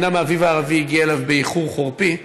אומנם האביב הערבי הגיע אליו באיחור חורפי,